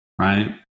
Right